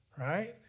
right